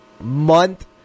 month